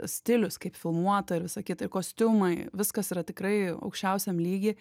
stilius kaip filmuota ir visa kita kostiumai viskas yra tikrai aukščiausiam lygy